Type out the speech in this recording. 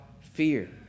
fear